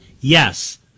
yes